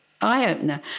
eye-opener